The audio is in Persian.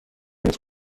متر